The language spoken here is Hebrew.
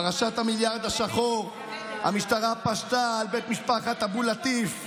פרשת המיליארד השחור: המשטרה פשטה על בית משפחת אבו-לטיף,